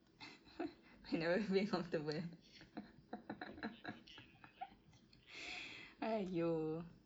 whenever we feel comfortable !aiyo!